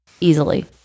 easily